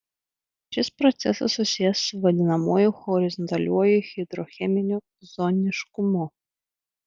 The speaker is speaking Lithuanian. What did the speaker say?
šis procesas susijęs su vadinamuoju horizontaliuoju hidrocheminiu zoniškumu